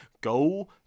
Go